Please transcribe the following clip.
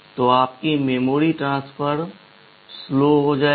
तो आपकी memory transfer धीमी हो जाएगी